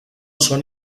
són